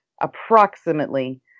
approximately